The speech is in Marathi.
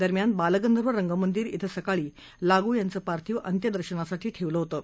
दरम्यान बालगंधर्व रंगमंदिर श्व सकाळी लागू यांचं पार्थिव अंत्यदर्शनासाठी ठेवलं होतं